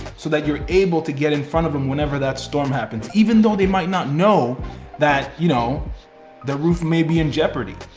so that you're able to get in front of them whenever that storm happens, even though they might not know that you know the room may be in jeopardy.